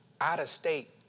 out-of-state